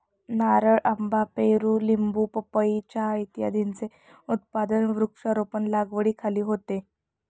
नारळ, आंबा, पेरू, लिंबू, पपई, चहा इत्यादींचे उत्पादन वृक्षारोपण लागवडीखाली होते